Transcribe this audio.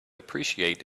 appreciate